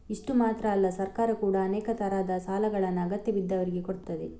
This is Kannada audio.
ಇಷ್ಟು ಮಾತ್ರ ಅಲ್ಲ ಸರ್ಕಾರ ಕೂಡಾ ಅನೇಕ ತರದ ಸಾಲಗಳನ್ನ ಅಗತ್ಯ ಬಿದ್ದವ್ರಿಗೆ ಕೊಡ್ತದೆ